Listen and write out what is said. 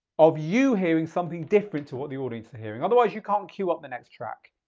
of you hearing something different to what the audience are hearing, otherwise you can't queue up the next track.